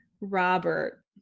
Robert